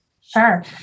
Sure